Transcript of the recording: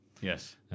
yes